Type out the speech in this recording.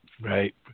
Right